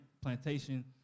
plantation